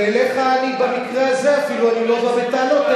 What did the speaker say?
ואליך אני במקרה הזה אפילו לא בא בטענות.